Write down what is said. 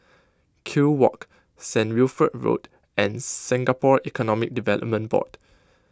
Kew Walk Saint Wilfred Road and Singapore Economic Development Board